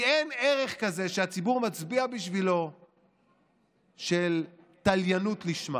כי אין ערך כזה שהציבור מצביע בשבילו של תליינות לשמה,